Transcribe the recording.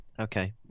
Okay